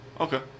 Okay